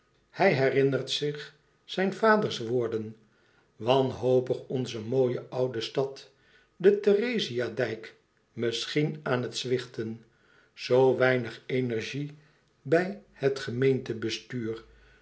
hij herinnert zich zijns vaders woorden wanhopig onze mooie oude stad de therezia dijk misschien aan het zwichten zoo weinig energie bij het gemeentebestuur